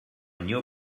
new